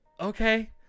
okay